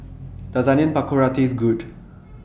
Does Onion Pakora Taste Good